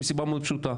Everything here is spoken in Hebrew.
מסיבה מאוד פשוטה.